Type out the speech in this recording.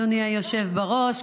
אדוני היושב בראש,